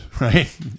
right